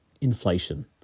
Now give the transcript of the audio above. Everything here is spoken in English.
Inflation